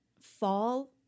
fall